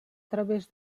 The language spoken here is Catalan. través